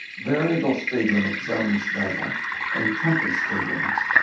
variable speed limit zones data and temporary speed limits,